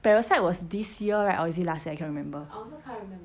parasite was this year right or is it last year I cannot remember